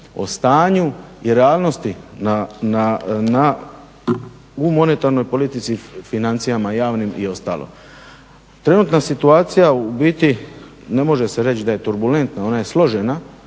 o stanju i realnosti u monetarnoj politici, financijama javnim i ostalo. Trenutna situacija u biti ne može se reći da je turbulentna, ona je složena